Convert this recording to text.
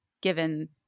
given